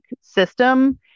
system